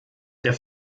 der